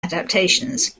adaptations